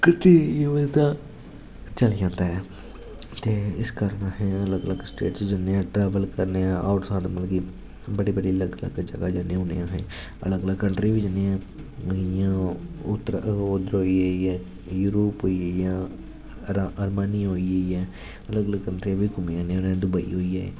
गड्डी लेइयै बंदा चली जंदा ऐ ते इस कारण असें अलग अलग स्टेट च जन्ने आं ट्रैवल करने आं होर सानूं मतलब कि बड़ी बड़ी अलग अलग जगह् जन्ने होन्ने आं असें अलग अलग कंट्री बी जन्ने आं जियां उद्धर होई गेई यूरोप होई गेई जियां आरमानिया होई गेई ऐ अलग अलग कंट्रियें च घूमी आन्ने आं दुबई होई गेआ